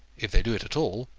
if they do it at all,